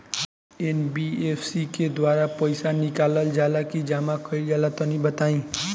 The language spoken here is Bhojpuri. एन.बी.एफ.सी के द्वारा पईसा निकालल जला की जमा कइल जला तनि बताई?